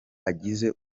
agize